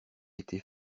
été